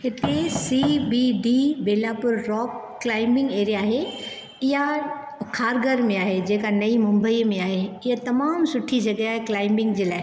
हिते C B D Birlapur rock climbing area आहे इहा खारघर में आहे जेका नई मुम्बई में आहे इहा तमामु सुठी जॻहि आहे क्लाइबिंग जे लाइ